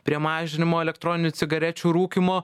prie mažinimo elektroninių cigarečių rūkymo